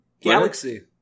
Galaxy